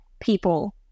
people